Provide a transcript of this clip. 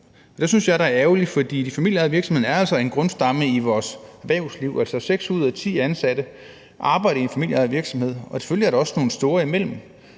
da er ærgerligt, for de familieejede virksomheder er altså en grundstamme i vores erhvervsliv. Seks ud af ti ansatte arbejder i en familieejet virksomhed, og selvfølgelig er der også nogle store imellem,